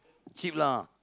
cheap lah